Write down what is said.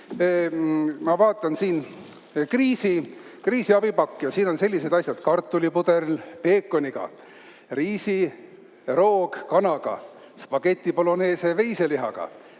Ma vaatan, siin on kriisiabipakk ja siin on sellised asjad: kartulipuder peekoniga, riisiroog kanaga, spaghetti bologneseveiselihaga,